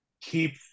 keep